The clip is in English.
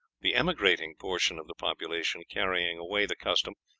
the emigrating portion of the population carrying away the custom,